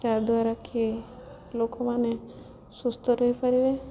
ଯାହାଦ୍ୱାରା କି ଲୋକମାନେ ସୁସ୍ଥ ରହିପାରିବେ